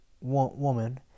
woman